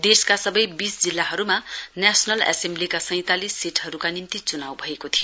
देशका सवै वीस जिल्लाहरुमा नेशनल एसेम्वलीका सैंतालिस सीटहरुका निम्ति च्नाउ भएको थियो